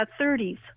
30s